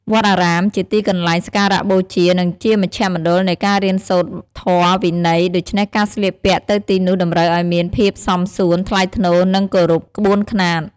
វត្តអារាមជាទីកន្លែងសក្ការបូជា និងជាមជ្ឈមណ្ឌលនៃការរៀនសូត្រធម៌វិន័យ ដូច្នេះការស្លៀកពាក់ទៅទីនោះតម្រូវឱ្យមានភាពសមសួន ថ្លៃថ្នូរ និងគោរពក្បួនខ្នាត។